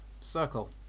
Circle